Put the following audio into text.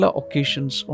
occasions